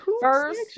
first